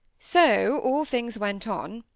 so all things went on,